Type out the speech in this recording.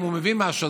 אם הוא מבין משהו,